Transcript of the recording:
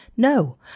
No